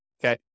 Okay